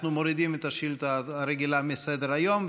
אנחנו מורידים את השאילתה הרגילה מסדר-היום,